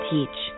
Teach